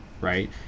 right